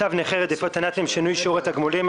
צו נכי רדיפות הנאצים (שינוי שיעור התגמולים),